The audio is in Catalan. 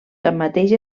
tanmateix